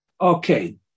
Okay